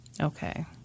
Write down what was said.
Okay